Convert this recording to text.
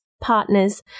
partners